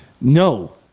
No